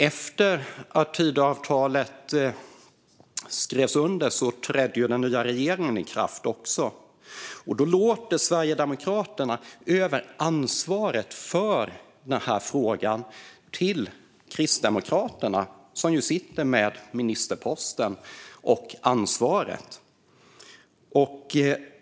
Efter att Tidöavtalet skrevs under tillträdde den nya regeringen, och då överlät Sverigedemokraterna ansvaret för frågan till Kristdemokraterna, som nu sitter på ministerposten.